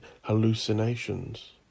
hallucinations